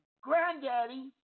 granddaddy